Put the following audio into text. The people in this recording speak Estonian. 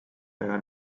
väga